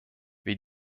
wie